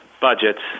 budgets